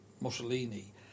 Mussolini